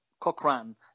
Cochran